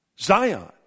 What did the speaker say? Zion